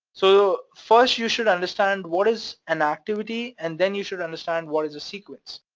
so first you should understand what is an activity, and then you should understand what is a sequence.